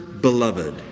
beloved